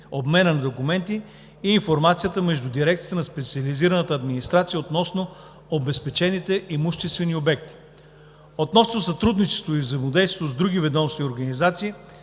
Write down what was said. обмена на документи и информация между дирекциите на специализираната администрация относно обезпечените имуществени обекти. Относно сътрудничеството и взаимодействието с други ведомства и организации,